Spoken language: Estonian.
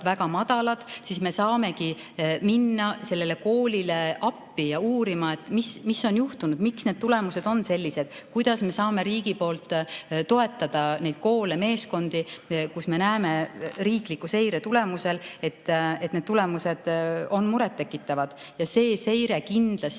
väga madalad, siis me saamegi minna sellele koolile appi, minna uurima, mis on juhtunud, miks need tulemused on sellised, kuidas me saame riigi poolt toetada neid koole, meeskondi, kus me näeme riikliku seire tulemusel, et need tulemused on muret tekitavad. See seire peab kindlasti